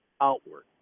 outward